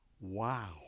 Wow